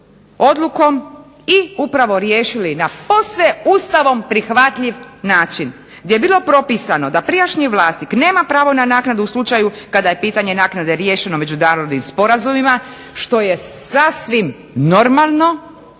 odlukom i upravo riješili na posve Ustavom prihvatljiv način gdje je bilo propisano da prijašnji vlasnik nema pravo na naknadu u slučaju kada je pitanje naknade riješeno međunarodnim sporazumima što je sasvim normalno,